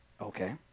Okay